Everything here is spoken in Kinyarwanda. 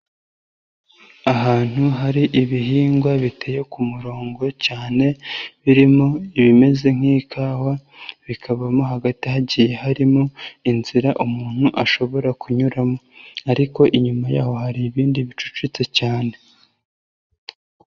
Ahantu hari ibihingwa biteye ku murongo cyane, birimo ibimeze nk'ikawa, bikaba mo hagati hagiye harimo inzira umuntu ashobora kunyuramo, ariko inyuma yaho hari ibindi bicucitse cyane.